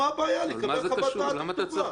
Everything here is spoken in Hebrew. למה אתה צריך כתובה?